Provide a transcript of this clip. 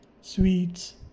sweets